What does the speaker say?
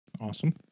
Awesome